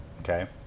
okay